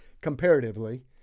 comparatively